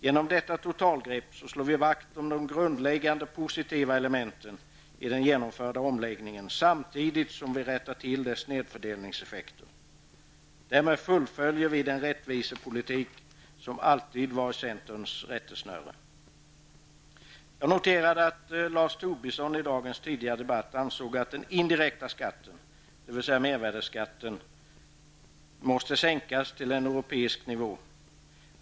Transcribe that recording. Genom detta totalgrepp slår vi vakt om de grundläggande positiva elementen i den genomförda omläggningen, samtidigt som vi rättar till dess snedfördelningseffekter. Därmed fullföljer vi den rättvise politik som alltid varit centerns rättesnöre. Jag noterade att Lars Tobisson tidigare i dagens debatt ansåg att den indirekta skatten, dvs. mervärdeskatten, måste sänkas till en europeisk nivå.